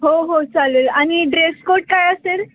हो हो चालेल आणि ड्रेस कोड काय असेल